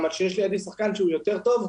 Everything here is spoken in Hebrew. כשיש לידי שחקן שהוא יותר טוב,